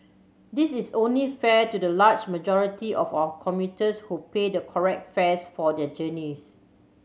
this is only fair to the large majority of our commuters who pay the correct fares for their journeys